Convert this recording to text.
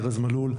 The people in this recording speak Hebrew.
ארז מלול,